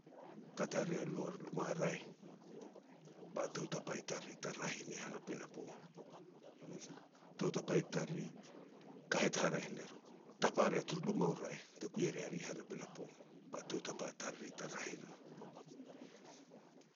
Kat haraeh luma raeh, ba tou tapa i tariri te raeh i ni han a pinapo. Tou tapa i tariri, kahet haraeh ne riri, tapa rea tar luma u raeh te kui e rea ri han a pinapo, ba tou tapa tariri te raeh i ro.